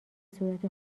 صورت